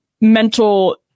mental